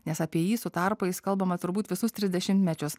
nes apie jį su tarpais kalbama turbūt visus tris dešimtmečius